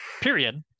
Period